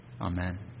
amen